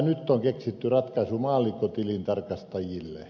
nyt on keksitty ratkaisu maallikkotilintarkastajille